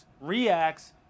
reacts